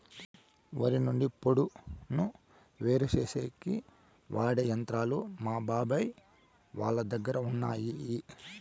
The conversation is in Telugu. వరి నుంచి పొట్టును వేరుచేసేకి వాడె యంత్రాలు మా బాబాయ్ వాళ్ళ దగ్గర ఉన్నయ్యి